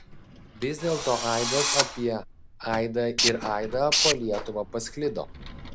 vis dėlto aidas apie aidą ir aidą po lietuvą pasklido